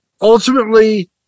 Ultimately